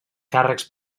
càrrecs